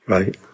Right